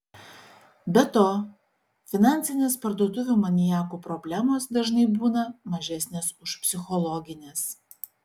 be to finansinės parduotuvių maniakų problemos dažnai būna mažesnės už psichologines